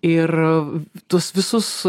ir tuos visus